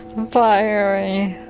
fiery.